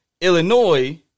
Illinois